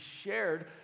shared